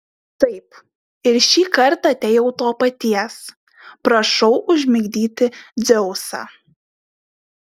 taip ir šį kartą atėjau to paties prašau užmigdyti dzeusą